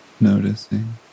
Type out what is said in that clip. noticing